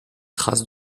traces